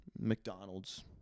McDonald's